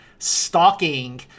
Stalking